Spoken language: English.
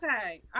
Okay